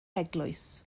eglwys